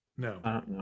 No